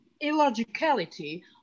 illogicality